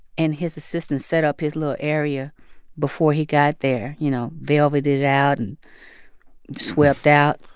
and his assistant set up his little area before he got there you know, velveted it out and swept out,